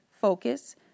focus